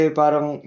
parang